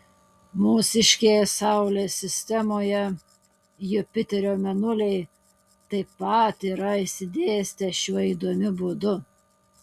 mūsiškėje saulės sistemoje jupiterio mėnuliai taip pat yra išsidėstę šiuo įdomiu būdu